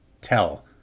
tell